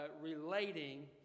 relating